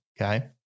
okay